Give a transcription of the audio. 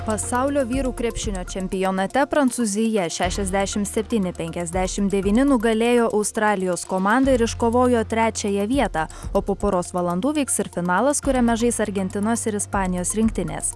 pasaulio vyrų krepšinio čempionate prancūzija šešiasdešimt septyni penkiasdešimt devyni nugalėjo australijos komandą ir iškovojo trečiąją vietą o po poros valandų vyks ir finalas kuriame žais argentinos ir ispanijos rinktinės